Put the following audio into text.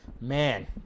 man